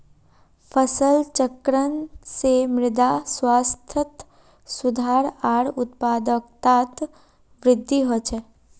फसल चक्रण से मृदा स्वास्थ्यत सुधार आर उत्पादकतात वृद्धि ह छे